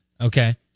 okay